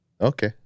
Okay